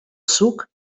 suc